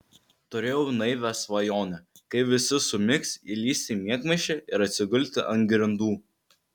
turėjau naivią svajonę kai visi sumigs įlįsti į miegmaišį ir atsigulti ant grindų